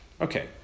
Okay